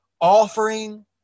offering